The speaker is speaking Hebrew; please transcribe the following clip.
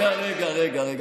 רגע, רגע, רגע.